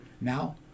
now